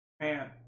Man